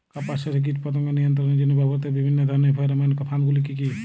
কাপাস চাষে কীটপতঙ্গ নিয়ন্ত্রণের জন্য ব্যবহৃত বিভিন্ন ধরণের ফেরোমোন ফাঁদ গুলি কী?